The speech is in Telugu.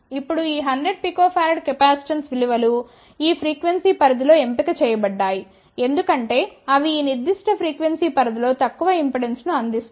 ఇప్పుడు ఈ 100 pF కెపాసిటెన్స్ విలువలు ఈ ఫ్రీక్వెన్సీ పరిధిలో ఎంపిక చేయబడ్డాయి ఎందుకంటే అవి ఈ నిర్దిష్ట ఫ్రీక్వెన్సీ పరిధిలో తక్కువ ఇంపెడెన్స్ను అందిస్తాయి